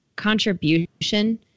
contribution